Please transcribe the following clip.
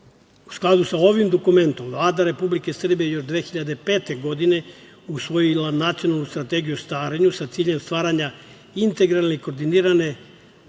skladu sa ovim dokumentom, Vlada Republike Srbije je još 2005. godine usvojila nacionalnu Strategiju o starenju sa ciljem stvaranja integralne i koordinirane